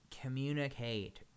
communicate